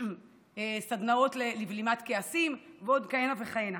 סדנאות לבלימת כעסים ועוד כהנה וכהנה.